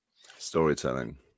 Storytelling